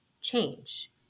change